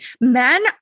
Men